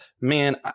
Man